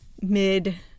mid